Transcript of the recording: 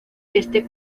este